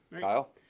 Kyle